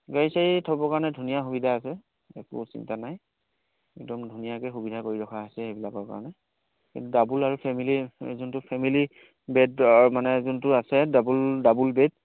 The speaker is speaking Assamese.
গাড়ী চাড়ি থ'বৰ কাৰণে ধুনীয়া সুবিধা আছে একো চিন্তা নাই একদম ধুনীয়াকৈ সুবিধা কৰি ৰখা আছে সেইবিলাকৰ কাৰণে কিন্তু ডাবুল আৰু ফেমিলি যোনটো ফেমিলি বেডৰ মানে যোনটো আছে ডাবুল ডাবুল বেড